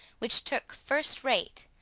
which took first-rate,